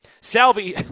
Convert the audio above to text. Salvi